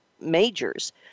majors